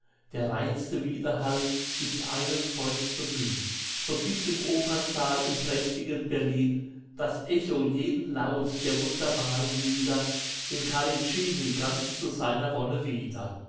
der reinste wiederhall ist eines freunds bemühn so gibt im opernsaal im prächtigen berlin das echo jeden laut der wunderbaren lieder dem caricini ganz zu seiner wonne wieder